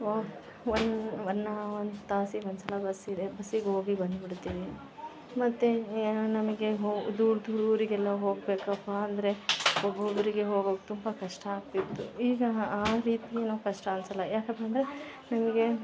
ಓ one ಒನ್ನ one ತಾಸಿಗೆ ಒಂದ್ಸಲ ಬಸ್ಸ್ ಇದೆ ಬಸ್ಸಿಗೋಗಿ ಬಂದ್ಬಿಡ್ತೀವಿ ಮತ್ತು ನಮಗೆ ಹೋ ದೂರದ ಊರಿಗೆಲ್ಲ ಹೋಗಬೇಕಪ್ಪ ಅಂದರೆ ಒಬ್ಬೊಬ್ಬರಿಗೆ ಹೋಗೋಕೆ ತುಂಬ ಕಷ್ಟ ಆಗ್ತಿತ್ತು ಈಗ ಹಾಂ ಆ ರೀತಿ ಏನು ಕಷ್ಟ ಅನ್ಸೊಲ್ಲ ಯಾಕಪ್ಪ ಅಂದರೆ ನಮಗೆ